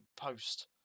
post